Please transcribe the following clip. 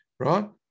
Right